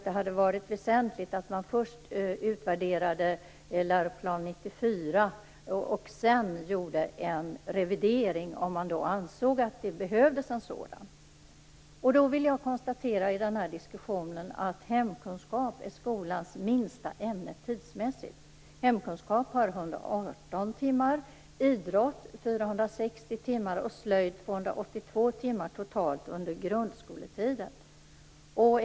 Det hade varit väsentligt att först utvärdera Läroplan 94 och sedan göra en revidering om man ansåg att det behövdes en sådan. Jag vill i den här diskussionen konstatera att hemkunskap är skolans minsta ämne tidsmässigt. Hemkunskap har 118 timmar, idrott 460 timmar och slöjd 282 timmar totalt under grundskoletiden.